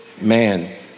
man